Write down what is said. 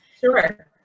Sure